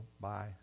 bye